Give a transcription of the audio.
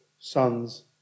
sons